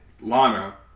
Lana